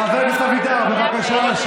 חבר הכנסת טיבי, נא לשבת במקומך, בבקשה.